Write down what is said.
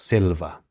Silva